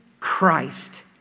Christ